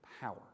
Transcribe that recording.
power